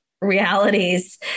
realities